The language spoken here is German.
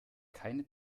keine